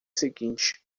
seguinte